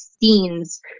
scenes